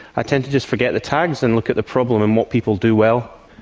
i tend to just forget the tags and look at the problem and what people do well,